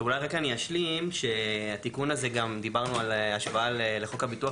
אני רק אשלים שהתיקון הזה דיברנו גם על השבה לחוק הביטוח